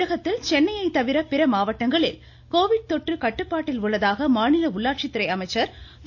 தமிழகத்தில் சென்னையை தவிர பிற மாவட்டங்களில் கோவிட் தொற்று கட்டுப்பாட்டில் உள்ளதாக மாநில உள்ளாட்சித்துறை அமைச்சர் திரு